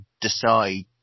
decide